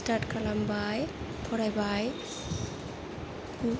start खालामबाय फरायबाय